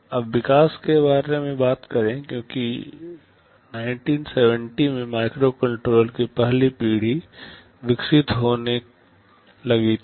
अब विकास के बारे में बात करें क्योंकि 1970 में माइक्रोकंट्रोलर की पहली पीढ़ी विकसित होने लगी थी